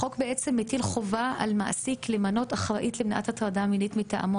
החוק מטיל חובה על מעסיק למנות אחראית למניעת הטרדה מינית מטעמו,